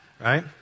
right